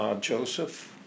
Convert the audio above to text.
Joseph